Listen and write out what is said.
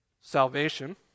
salvation